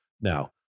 Now